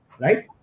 right